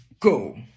Go